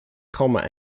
coma